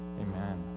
Amen